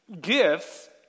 gifts